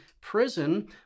prison